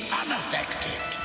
unaffected